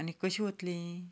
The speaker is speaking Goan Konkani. आनी कशीं वतलीं